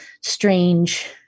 strange